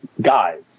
guys